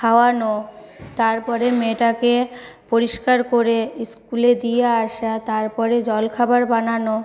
খাওয়ানো তারপরে মেয়েটাকে পরিষ্কার করে স্কুলে দিয়ে আসা তারপরে জলখাবার বানানো